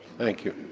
thank you.